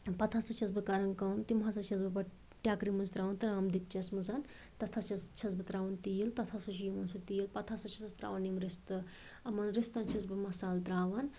پتہٕ ہسا چھَس بہٕ کَران کٲم تِم ہسا چھَس بہٕ پتہٕ ٹٮ۪کرِ منٛز تراوان ترام دیٖچَس منٛز تَتھ ہس چھَس چھَس بہٕ تراوان تیٖل تَتھ ہسا چھِ یِوان سُہ تیٖل پتہٕ ہسا چھِسس تراوان یِم رِستہٕ یِمَن رِستَن چھَس بہٕ مصالہٕ تراوان